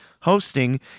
hosting